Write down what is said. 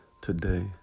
today